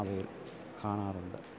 അവയിൽ കാണാറുണ്ട്